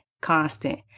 constant